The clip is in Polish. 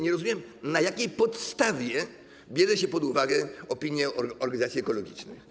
Nie rozumiem, na jakiej podstawie bierze się pod uwagę opinie organizacji ekologicznych.